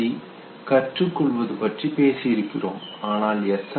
G கற்றுக்கொள்வது பற்றி பேசி இருக்கிறோம் ஆனால் எஸ்